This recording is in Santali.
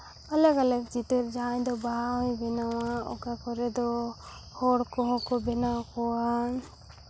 ᱟᱞᱟᱜᱽ ᱟᱞᱟᱜᱽ ᱪᱤᱛᱟᱹᱨ ᱡᱟᱦᱟᱸᱭ ᱫᱚ ᱵᱟᱦᱟᱭ ᱵᱮᱱᱟᱣᱟ ᱚᱠᱟ ᱠᱚᱨᱮ ᱫᱚ ᱦᱚᱲ ᱠᱚᱦᱚᱸ ᱠᱚ ᱵᱮᱱᱟᱣ ᱠᱚᱣᱟ